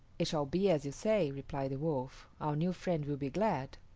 it shall be as you say, replied the wolf our new friend will be glad.